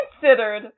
considered